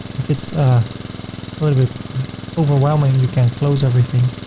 if it's a little bit overwhelming, you can close everything.